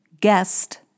guest